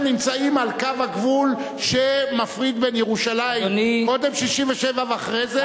נמצאים על קו הגבול שמפריד בין ירושלים קודם 1967 ואחרי זה,